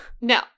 No